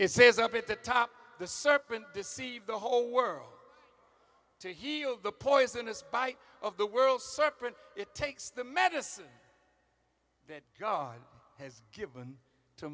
it says up at the top the serpent deceived the whole world to heal the poisonous bite of the world serpent it takes the medicine that god has given to